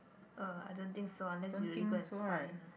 uh I don't think so unless you really go and find ah